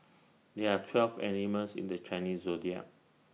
there're twelve animals in the Chinese Zodiac